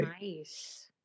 Nice